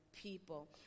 people